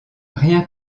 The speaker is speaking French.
rien